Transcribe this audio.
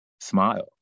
smile